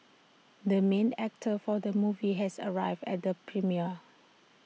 the main actor for the movie has arrived at the premiere